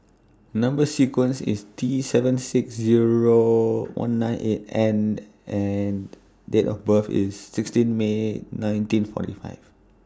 Number sequence IS T seven six Zero one nine eight N and Date of birth IS sixteen May nineteen forty five